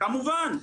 כמובן.